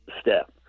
step